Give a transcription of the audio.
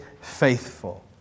faithful